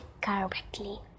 correctly